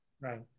Right